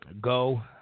go